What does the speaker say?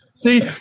See